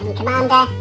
commander